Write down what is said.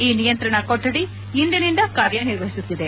ಈ ನಿಯಂತ್ರಣ ಕೊಠಡಿ ಇಂದಿನಿಂದ ಕಾರ್ಯನಿರ್ವಹಿಸುತ್ತಿದೆ